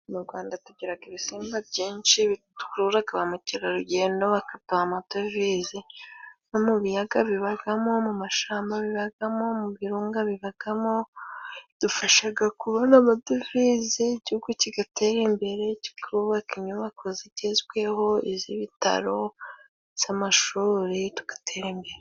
Mu rwanda tugiraga ibisimba byinshi, bikuraga ba mukerarugendo, bakaduha amadovizi, no mu biyaga bibagamo, mu mashamba bibagamo, mu birunga bibagamo, bidufashaga kubona amadovize, igihugu kigatera imbere, kikubaka inyubako zigezweho, iz'ibitaro, iz'amashuri, tugatembe.